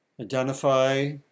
Identify